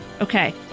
Okay